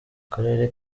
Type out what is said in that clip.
karere